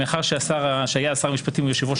מאחר שהשר שהיה שר משפטים הוא יושב-ראש